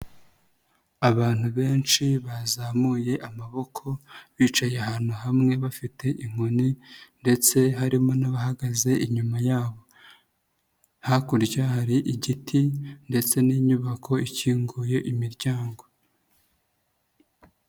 Abantu benshi bazamuye amaboko, bicaye ahantu hamwe bafite inkoni ndetse harimo n'abahagaze inyuma yabo, hakurya hari igiti ndetse n'inyubako ikinguye imiryango.